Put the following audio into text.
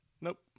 Nope